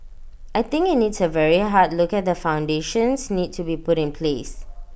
I think IT needs A very hard look at the foundations need to be put in place